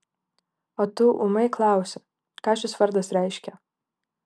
o tu ūmai klausi ką šis vardas reiškia